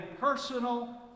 personal